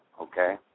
okay